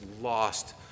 lost